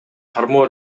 кармоо